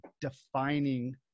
defining